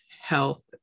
health